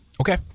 Okay